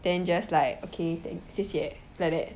then just like okay thanks 谢谢 like that